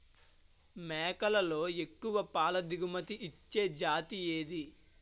మేకలలో ఎక్కువ పాల దిగుమతి ఇచ్చే జతి ఏది?